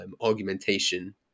argumentation